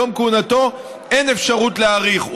בתום כהונתו אין אפשרות להאריך,